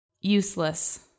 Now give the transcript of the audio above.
useless